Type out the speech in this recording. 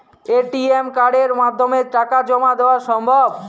ATM কার্ডের মাধ্যমে টাকা জমা দেওয়া সম্ভব?